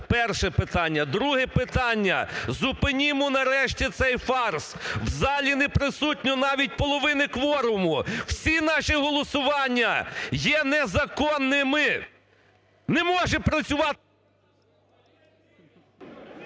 Перше питання. Друге питання. Зупинімо нарешті цей фарс! В залі не присутньо навіть половини кворуму. Всі наші голосування є незаконними. Не може працювати…